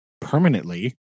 permanently